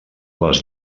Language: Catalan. les